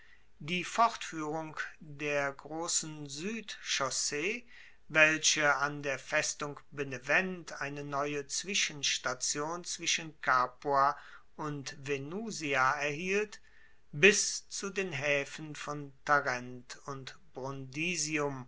die fortfuehrung der grossen suedchaussee welche an der festung benevent eine neue zwischenstation zwischen capua und venusia erhielt bis zu den haefen von tarent und